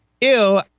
ew